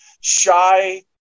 shy